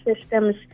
systems